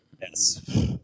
Yes